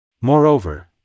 Moreover